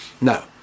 No